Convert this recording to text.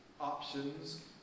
options